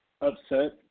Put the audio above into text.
upset